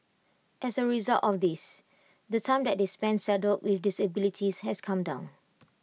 as A result of this the time that they spend saddled with disabilities has come down